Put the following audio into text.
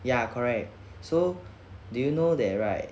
ya correct so do you know they right